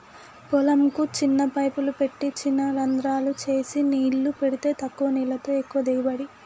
పొలం కు చిన్న పైపులు పెట్టి చిన రంద్రాలు చేసి నీళ్లు పెడితే తక్కువ నీళ్లతో ఎక్కువ దిగుబడి